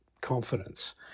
confidence